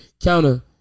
counter